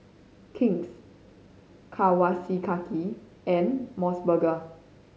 King's Kawasaki and Mos Burger